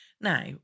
Now